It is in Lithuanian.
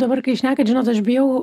dabar kai šnekat žinot aš bijau